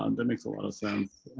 and makes a lot of sense.